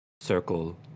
circle